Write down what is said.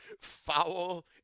foul